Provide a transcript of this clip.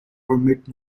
permit